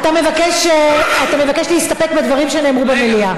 מספיק, אתה מבקש להסתפק בדברים שנאמרו במליאה.